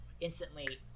instantly